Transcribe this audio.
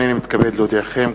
הנני מתכבד להודיעכם,